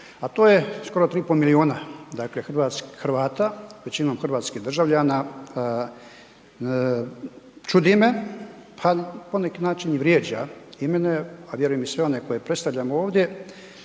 a to je skoro 3,5 miliona dakle Hrvata, većinom hrvatskih državljana, čudi me, pa poneki način i vrijeđa i mene, a vjerujem i sve one koje predstavljam ovdje,